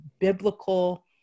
biblical